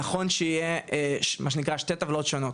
נכון שיהיה מה שנקרא, שתי טבלאות שונות.